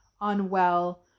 unwell